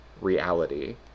reality